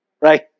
Right